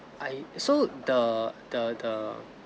I so the the the